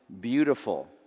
beautiful